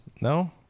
No